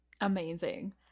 amazing